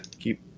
keep